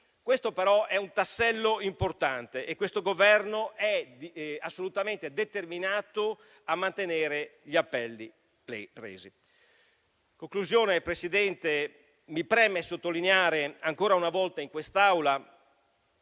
ma è un tassello importante e questo Governo è assolutamente determinato a mantenere gli impegni presi. In conclusione, signor Presidente, mi preme sottolineare ancora una volta in quest'Aula